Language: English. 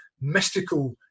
mystical